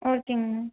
ஓகேங்கண்ணா